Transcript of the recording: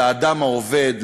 לאדם העובד,